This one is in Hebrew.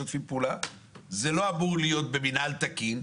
זה לא אמור להיות במינהל תקין.